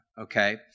okay